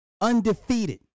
undefeated